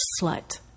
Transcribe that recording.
slut